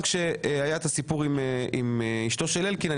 כשהיה הסיפור עם אשתו של אלקין,